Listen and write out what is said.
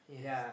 yes